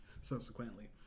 subsequently